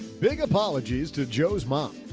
big apologies to joe's mom.